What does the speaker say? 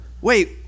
wait